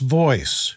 voice